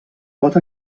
pot